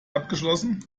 abgeschlossen